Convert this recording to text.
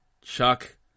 Chuck